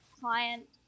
client